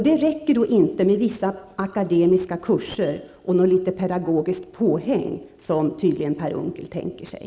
Det räcker då inte med vissa akademiska kurser och något litet pedagogiskt påhäng, som Per Unckel tydligen tänker sig.